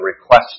request